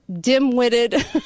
dim-witted